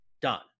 done